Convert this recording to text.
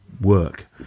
work